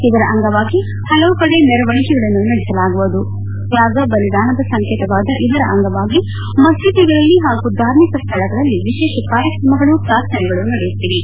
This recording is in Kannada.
ಇದರ ಅಂಗವಾಗಿ ಹಲವು ಕಡೆ ಮೆರವಣಿಗೆಗಳನ್ನು ನಡೆಸಲಾಗುವುದು ತ್ಯಾಗ ಬಲಿದಾನದ ಸಂಕೇತವಾದ ಇದರ ಅಂಗವಾಗಿ ಮಸೀದಿಗಳಲ್ಲಿ ಹಾಗೂ ಧಾರ್ಮಿಕ ಸ್ಥಳಗಳಲ್ಲಿ ವಿಶೇಷ ಕಾರ್ಯಕ್ರಮಗಳು ಪ್ರಾರ್ಥನೆಗಳು ನಡೆಯುತ್ತಿವೆ